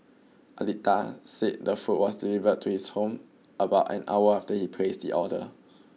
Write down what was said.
Aditya said the food was delivered to his home about an hour after he placed the order